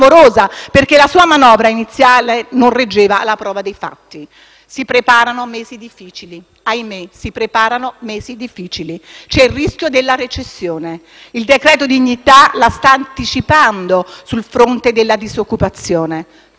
perché la sua manovra iniziale non reggeva alla prova dei fatti. Si preparano mesi difficili e purtroppo c'è il rischio della recessione. Il decreto dignità la sta anticipando sul fronte della disoccupazione.